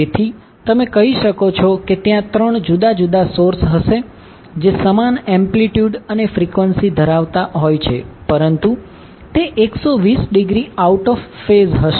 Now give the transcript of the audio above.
તેથી તમે કહી શકો છો કે ત્યાં 3 જુદા જુદા સોર્સ હશે જે સમાન એમ્પ્લિટ્યૂડ અને ફ્રિકવન્સી ધરાવતા હોય છે પરંતુ તે 120 ડિગ્રી આઉટ ઓફ ફેઝ હશે